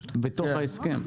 בתוך ההסכם.